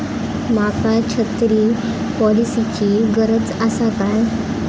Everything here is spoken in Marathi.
माका छत्री पॉलिसिची गरज आसा काय?